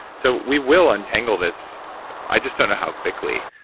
so we will untangle this i just don't know how quickly,